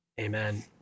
Amen